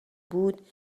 بود